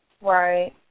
Right